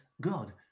God